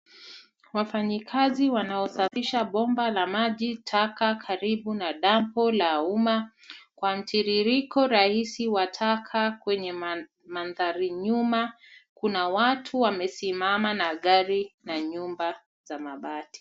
Wafanyikazi wanaosafisha bomba la maji taka karibu na la dampo umma kwa mtiririko rahisi wa taka kwenye mandhari nyuma kuna watu wamesimama na gari na nyumba za mabati.